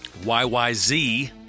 YYZ